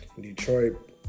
Detroit